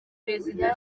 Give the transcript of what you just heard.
perezida